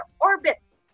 orbits